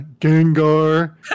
Gengar